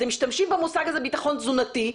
אתם משתמשים במושג הזה ביטחון תזונתי,